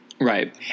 Right